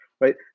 right